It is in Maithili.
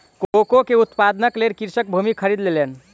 कोको के उत्पादनक लेल कृषक भूमि खरीद लेलैन